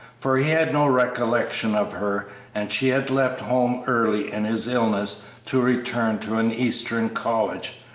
for he had no recollection of her and she had left home early in his illness to return to an eastern college,